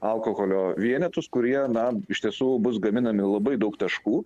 alkoholio vienetus kurie na iš tiesų bus gaminami labai daug taškų